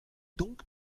donc